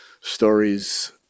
stories